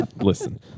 Listen